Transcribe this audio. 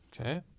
Okay